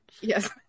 Yes